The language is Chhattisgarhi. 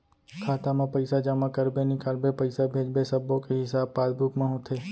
खाता म पइसा जमा करबे, निकालबे, पइसा भेजबे सब्बो के हिसाब पासबुक म होथे